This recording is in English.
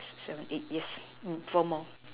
seventy yes four more